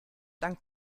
dank